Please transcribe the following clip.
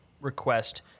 request